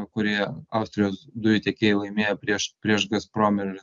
kurie austrijos dujų tiekėjai laimėjo prieš prieš gasprom ir